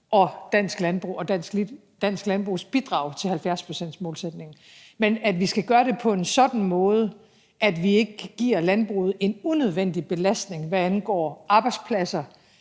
og dansk landbrug og dansk landbrugs bidrag til 70-procentsmålsætningen, men at vi skal gøre det på en sådan måde, at vi ikke giver landbruget en unødvendig belastning, hvad angår arbejdspladser